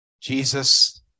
Jesus